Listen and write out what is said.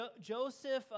Joseph